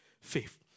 faith